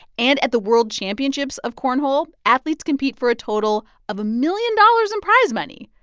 and at the world championships of cornhole, athletes compete for a total of a million dollars in prize money.